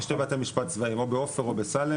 יש שני בתי משפט צבאיים - או בעופר או בסאלם,